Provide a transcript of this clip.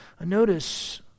Notice